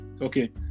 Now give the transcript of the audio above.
Okay